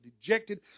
dejected